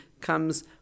comes